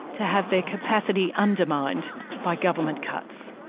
to have their capacity undermined by government cuts.